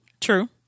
True